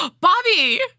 Bobby